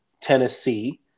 Tennessee